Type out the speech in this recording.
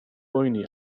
boeni